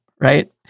right